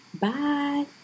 Bye